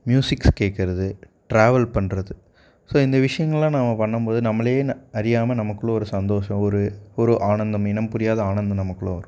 musics கேட்க்குறது travel பண்ணுறது so இந்த விஷயங்கள்லாம் நாம் பண்ணும்போது நம்மளே அறியாமல் நமக்குள்ளே ஒரு சந்தோஷம் ஒரு ஒரு ஆனந்தம் இனம் புரியாத ஒரு ஆனந்தம் நமக்குள்ளே வரும்